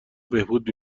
بهبود